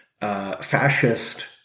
fascist